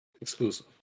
exclusive